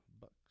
Bucks